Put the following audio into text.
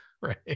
Right